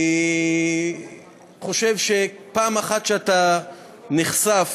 אני חושב שפעם אחת שאתה נחשף